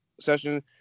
session